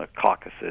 caucuses